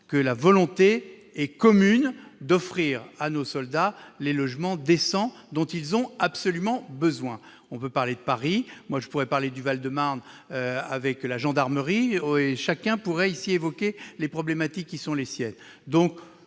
une volonté commune d'offrir à nos soldats les logements décents dont ils ont absolument besoin. On peut parler de la situation à Paris, je pourrais parler du Val-de-Marne et des casernes de gendarmerie, chacun pourrait ici évoquer les problématiques qui sont les siennes.